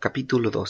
prendiesen capítulo